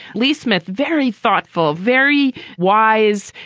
lee smith. very thoughtful, very wise,